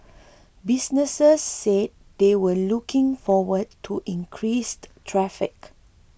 businesses says they were looking forward to increased traffic